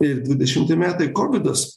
ir dvidešimti metai kovidas